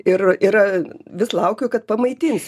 ir yra vis laukiu kad pamaitins